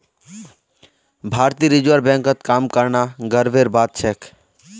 भारतीय रिजर्व बैंकत काम करना गर्वेर बात छेक